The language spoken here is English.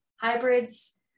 hybrids